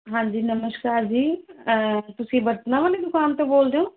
ਹਾਂਜੀ ਨਮਸਕਾਰ ਜੀ ਤੁਸੀਂ ਬਰਤਨਾਂ ਵਾਲੀ ਦੁਕਾਨ ਤੋਂ ਬੋਲਦੇ ਹੋ